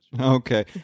Okay